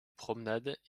promenades